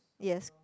yes